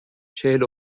چهل